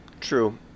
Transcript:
True